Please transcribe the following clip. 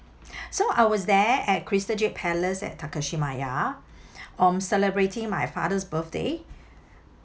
so I was there at crystal jade palace at takashimaya um celebrating my father's birthday